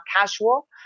casual